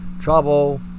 Trouble